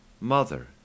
Mother